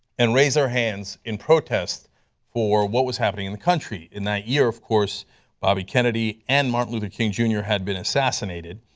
and raised their hands in protest for what was happening in the country. in that year of course bobby kennedy and martin luther king jr. had been assassinated,